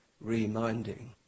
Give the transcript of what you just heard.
reminding